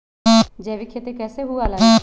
जैविक खेती कैसे हुआ लाई?